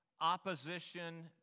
opposition